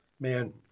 man